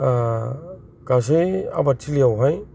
गासै आबादथिलियाव हाय